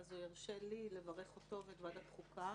הוא ירשה לי לברך אותו ואת ועדת החוקה,